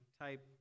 type